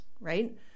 right